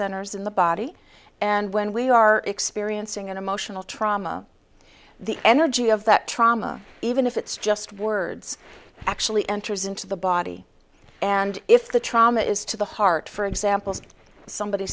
centers in the body and when we are experiencing an emotional trauma the energy of that trauma even if it's just words actually enters into the body and if the trauma is to the heart for example somebody